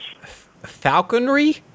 Falconry